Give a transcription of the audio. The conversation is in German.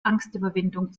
angstüberwindung